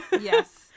Yes